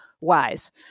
wise